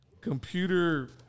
computer